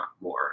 more